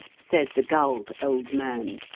said the gulled old man,